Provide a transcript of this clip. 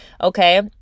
okay